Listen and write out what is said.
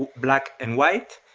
black and white,